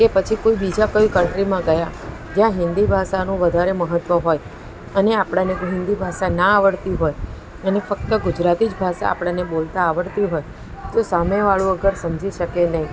કે પછી કોઈ બીજા કોઈ કન્ટ્રીમાં ગયા જ્યાં હિન્દી ભાષાનું વધારે મહત્ત્વ હોય અને આપણને હિન્દી ભાષા ન આવડતી હોય અને ફક્ત ગુજરાતી ભાષા જ આપણને બોલતાં આવડતી હોય તો સામેવાળો અગર સમજી શકે નહીં